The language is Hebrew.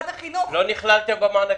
לא נכללתם במענקים?